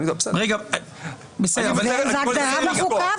זאת הגדרה בחוקה.